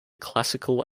classical